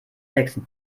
nächsten